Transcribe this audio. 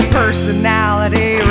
personality